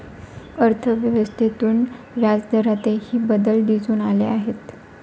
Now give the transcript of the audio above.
अर्थव्यवस्थेतून व्याजदरातही बदल दिसून आले आहेत